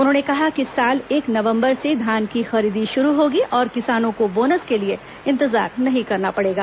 उन्होंने कहा कि इस साल एक नवंबर से धान की खरीदी शुरू होगी और किसानों को बोनस के लिए इंतजार नहीं करना पड़ेगा